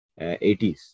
80s